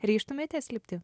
ryžtumėtės lipti